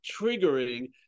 triggering